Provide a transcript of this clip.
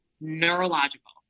neurological